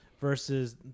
versus